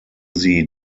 sie